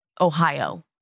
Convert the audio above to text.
Ohio